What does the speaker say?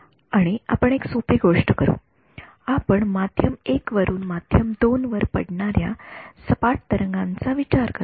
आणि आपण एक सोप्पी गोष्ट करू आपण माध्यम १ वरून माध्यम २ वर पडणाऱ्या सपाट तरंगांचा विचार करू